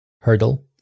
hurdle